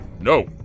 No